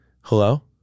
hello